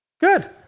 Good